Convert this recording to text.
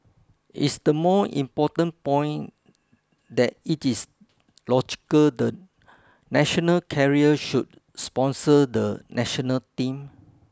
is the more important point that it is logical the national carrier should sponsor the national team